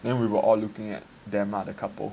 then we were all looking at them lah the couple